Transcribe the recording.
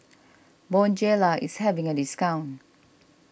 Bonjela is having a discount